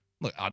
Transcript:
Look